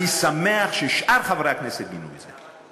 אני שמח ששאר חברי הכנסת גינו את זה.